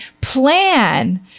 plan